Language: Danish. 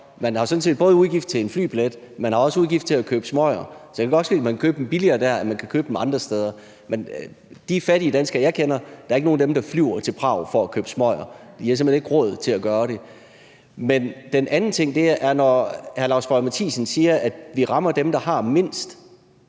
Man har sådan set både udgift til en flybillet og udgift til at købe smøger. Det kan godt ske, at man kan købe dem billigere der, end man kan købe dem andre steder, men der er ikke nogen af de fattige danskere, jeg kender, der flyver til Prag for at købe smøger. De har simpelt hen ikke råd til at gøre det. En anden ting er, at når hr. Lars Boje Mathiesen siger, at vi rammer dem, der har mindst,